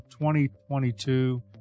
2022